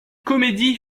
comédie